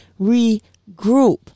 regroup